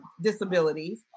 disabilities